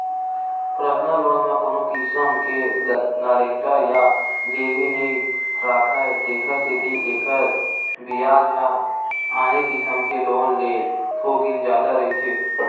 personal loan म कोनो किसम के गारंटर या गिरवी नइ राखय तेखर सेती एखर बियाज ह आने किसम के लोन ले थोकिन जादा रहिथे